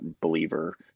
believer